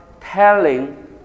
telling